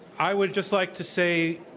i would just like to say